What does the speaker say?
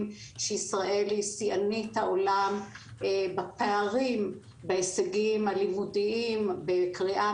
שישראל היא שיאנית העולם בפערים בהישגים הלימודיים בקריאה,